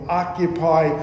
occupy